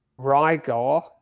Rygar